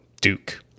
Duke